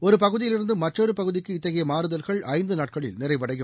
ஒரு பகுதியிலிருந்து மற்றொரு பகுதிக்கு இத்தகைய மாறுதல்கள் ஐந்து நாட்களில் நிறைவடையும்